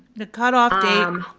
the cut off date um